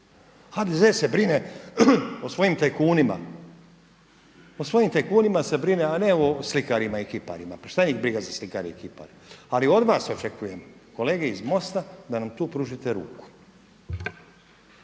HDZ se brine o svojim tajkunima, o svojim tajkunima se brine a ne o slikarima i kiparima, pa šta njih briga za slikare i kipare. Ali od vas očekujem, kolege iz MOST-a da nam tu pružite ruku.